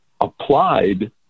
applied